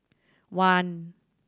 one